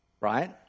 right